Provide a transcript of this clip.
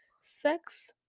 Sex